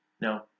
No